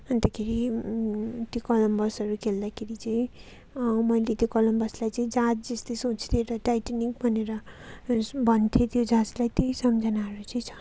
अन्तखेरि त्यो कलमबसहरू खेल्दाखेरि चाहिँ मैले त्यो कलमबसलाई चाहिँ जहाज जस्तै सोचेको थिएँ र टाइटनिक भनेर भनेको थिएँ त्यो जहाजलाई त्यही सम्झनाहरू चाहिँ छ